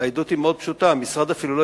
העדות היא מאוד פשוטה: המשרד אפילו לא